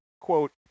quote